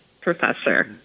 Professor